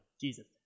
Jesus